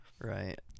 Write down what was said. Right